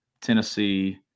Tennessee